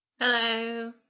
Hello